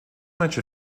much